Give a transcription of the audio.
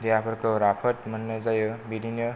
देहाफोरखौ राफोद मोननाय जायो बिदिनो